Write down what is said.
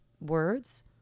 words